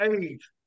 age